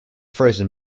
frozen